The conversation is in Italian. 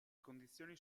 condizioni